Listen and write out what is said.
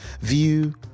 view